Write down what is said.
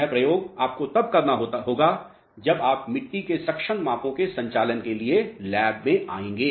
यह प्रयोग आपको तब करना होगा जब आप मिट्टी के सक्शन मापों के संचालन के लिए लैब में आएंगे